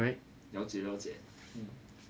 了解了解嗯